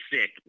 sick